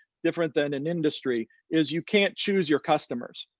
different than in industry, is you can't choose your customers.